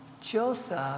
Joseph